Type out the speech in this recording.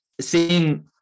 seeing